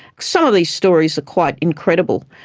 some of these stories are quite incredible.